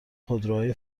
خودروهای